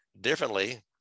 differently